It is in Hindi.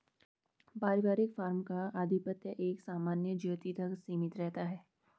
पारिवारिक फार्म का आधिपत्य एक सामान्य ज्योति तक सीमित रहता है